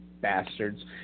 bastards